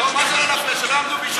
אל תטיפו לנו.